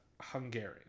Hungarian